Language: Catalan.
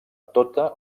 tota